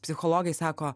psichologai sako